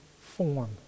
form